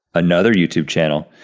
another youtube channel.